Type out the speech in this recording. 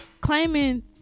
Claiming